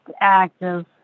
active